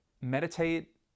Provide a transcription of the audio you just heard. meditate